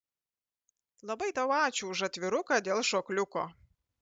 labai tau ačiū už atviruką dėl šokliuko